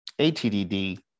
ATDD